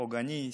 פוגעני,